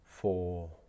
four